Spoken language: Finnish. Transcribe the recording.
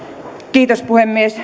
kiitos puhemies